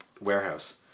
warehouse